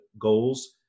goals